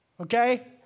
okay